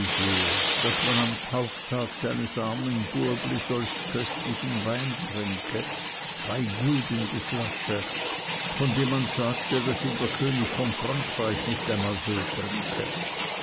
daß man am tauftag seines armen bubli solch köstlichen wein trinke zwei gulden die flasche von dem man sagte daß ihn der könig von frankreich nicht einmal so trinke